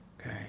okay